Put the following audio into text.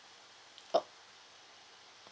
oo